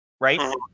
right